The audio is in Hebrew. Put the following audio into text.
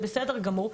זה בסדר גמור,